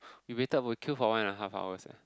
we waited for queue for one and a half hours leh